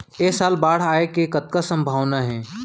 ऐ साल बाढ़ आय के कतका संभावना हे?